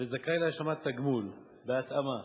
ו"זכאי להשלמת תגמול", בהתאמה.